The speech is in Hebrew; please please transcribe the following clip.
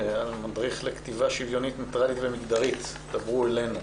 על מדריך לכתיבה שוויונית ניטרלית ומגדרית מ"דברו אלינו".